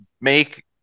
make